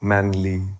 Manly